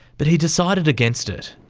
but he decided against it.